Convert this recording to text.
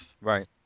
Right